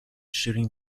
shooting